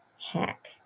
hack